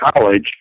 college